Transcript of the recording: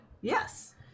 Yes